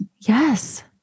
Yes